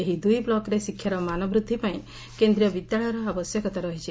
ଏହି ଦୁଇ ବୁକରେ ଶିକ୍ଷାର ମାନ ବୃଦ୍ଧି ପାଇଁ କେନ୍ଦ୍ରୀୟ ବିଦ୍ୟାଳୟର ଆବଶ୍ୟକତା ରହିଛି